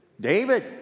David